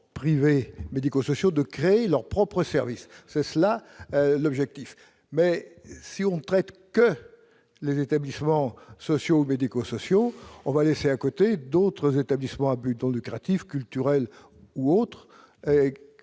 privés médico-sociaux de créer leurs propres services. C'est cela l'objectif. Cependant, si l'on ne traite que les établissements sociaux ou médico-sociaux, on va laisser de côté d'autres établissements à but non lucratif, culturels ou autres,